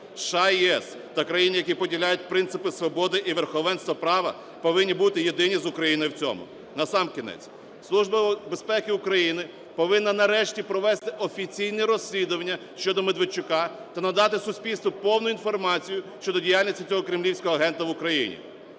США і ЄС та країни, які поділяють принципи свободи і верховенства права, повинні бути єдині з Україною в цьому. Насамкінець, Служба безпеки України повинна нарешті провести офіційне розслідування щодо Медведчука та надати суспільству повну інформацію щодо діяльності цього кремлівського агента в Україні.